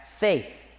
Faith